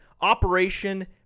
Operation